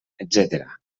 etcètera